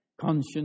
Conscience